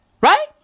Right